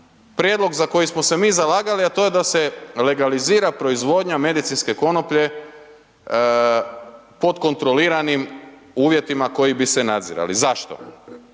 prijedlog za koji smo se mi zalagali, a to je da se legalizira proizvodnja medicinske konoplje pod kontroliranim uvjetima koji bi se nadzirali. Zašto?